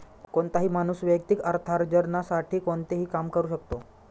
कोणताही माणूस वैयक्तिक अर्थार्जनासाठी कोणतेही काम करू शकतो